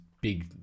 big